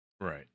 Right